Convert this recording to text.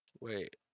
Wait